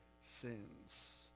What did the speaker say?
sins